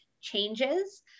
changes